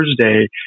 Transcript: Thursday